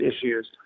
issues